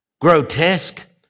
grotesque